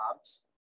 jobs